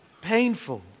painful